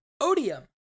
Odium